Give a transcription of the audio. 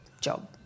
job